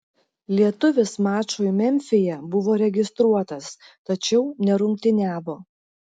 lietuvis mačui memfyje buvo registruotas tačiau nerungtyniavo